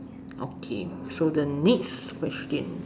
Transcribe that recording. okay so the next question